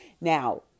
Now